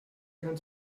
ganz